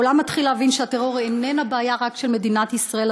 העולם מתחיל להבין שהטרור איננו בעיה רק של מדינת ישראל,